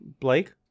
blake